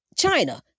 China